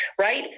right